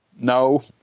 No